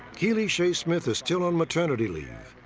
keely shaye smith is still on maternity leave.